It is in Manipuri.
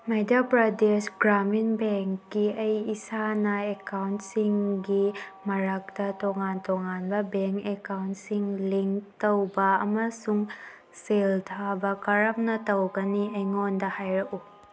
ꯃꯩꯗ꯭ꯌꯥ ꯄ꯭ꯔꯗꯦꯁ ꯒ꯭ꯔꯥꯃꯤꯡ ꯕꯦꯡꯀꯤ ꯑꯩ ꯏꯁꯥꯅ ꯑꯦꯛꯀꯥꯎꯟꯁꯤꯡꯒꯤ ꯃꯔꯛꯇ ꯇꯣꯉꯥꯟ ꯇꯣꯉꯥꯟꯕ ꯕꯦꯡ ꯑꯦꯛꯀꯥꯎꯟꯁꯤꯡ ꯂꯤꯡ ꯇꯧꯕꯥ ꯑꯃꯁꯨꯡ ꯁꯦꯜ ꯊꯥꯕ ꯀꯔꯝꯅ ꯇꯧꯒꯅꯤ ꯑꯩꯉꯣꯟꯗ ꯍꯥꯏꯔꯛꯎ